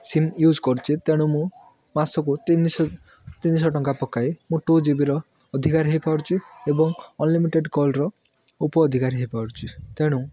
sim use କରୁଛି ତେଣୁ ମୁଁ ମାସକୁ ତିନିଶହ ତିନିଶହ ଟଙ୍କା ପକାଇ ମୁଁ ଟୁ ଜିବିର ଅଧିକାରୀ ହେଇପାରୁଛି ଏବଂ ଅନଲିମିଟେଡ୍ କଲ୍ର ଉପଅଧିକାରୀ ହେଇପାରୁଛି ତେଣୁ